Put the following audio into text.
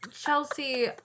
Chelsea